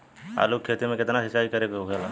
आलू के खेती में केतना सिंचाई करे के होखेला?